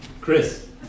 Chris